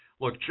Look